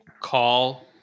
call